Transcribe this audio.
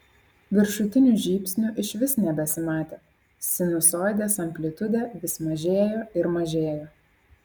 viršutinių žybsnių išvis nebesimatė sinusoidės amplitudė vis mažėjo ir mažėjo